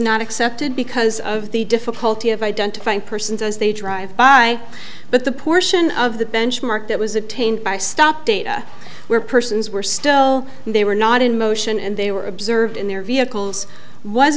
not accepted because of the difficulty of identifying persons as they drive by but the portion of the benchmark that was attained by stop data were persons were still they were not in motion and they were observed in their vehicles was